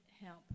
help